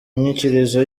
nyikirizo